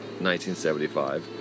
1975